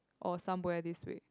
or somewhere this week